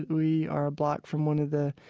we are a block from one of the